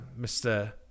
mr